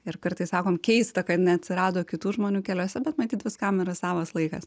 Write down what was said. ir kartais sakom keista kad jinai neatsirado kitų žmonių keliuose bet matyt viskam yra savas laikas